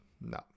No